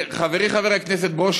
חברי חבר הכנסת ברושי,